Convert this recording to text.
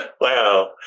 Wow